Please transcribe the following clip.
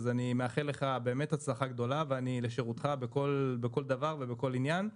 אז אני מאחל לך באמת הצלחה גדולה ואני לשירותך בכל דבר ובכל עניין,